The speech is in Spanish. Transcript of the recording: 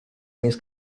mis